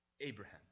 Abraham